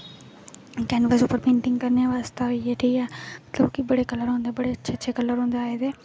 canvas उप्पर painting करने बास्तै होई गे ठीक ऐ मतलब कि बड़े कल्लर होंदे बड़े बड़े अच्छे कल्लर होंदे आए दे